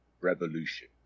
revolution